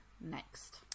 next